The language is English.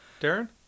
Darren